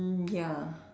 mm ya